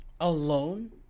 alone